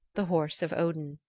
the horse of odin.